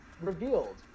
revealed